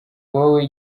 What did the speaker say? wowe